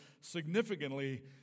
significantly